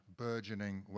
burgeoning